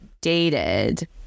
dated